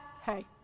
Hey